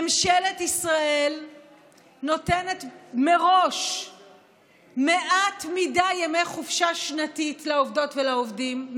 ממשלת ישראל נותנת מראש מעט מדי ימי חופשה שנתית לעובדות ולעובדים,